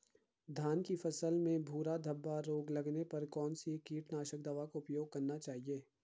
धान की फसल में भूरा धब्बा रोग लगने पर कौन सी कीटनाशक दवा का उपयोग करना चाहिए?